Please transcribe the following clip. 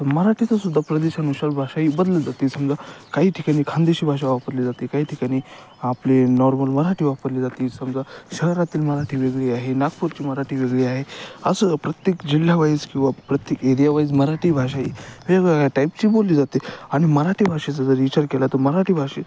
मराठीचा सुद्धा प्रदेशानुसार भाषा ही बदलत जाते समजा काही ठिकाणी खानदेशी भाषा वापरली जाते काही ठिकाणी आपले नॉर्मल मराठी वापरली जाते समजा शहरातील मराठी वेगळी आहे नागपूरची मराठी वेगळी आहे असं प्रत्येक जिल्ह्यावाईज किंवा प्रत्येक एरियावाईज मराठी भाषाही वेगवेगळ्या टाईपची बोलली जाते आणि मराठी भाषेचा जर विचार केला तर मराठी भाषेत